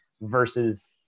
versus